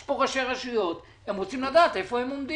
יש פה ראשי רשויות, הם רוצים לדעת איפה הם עומדים.